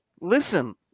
listen